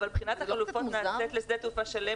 אבל בחינת החלופות נעשית לשדה תעופה שלם